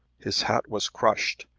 his hat was crushed,